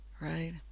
right